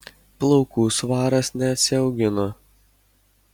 plaukų svaras neatsiaugino